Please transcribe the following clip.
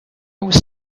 was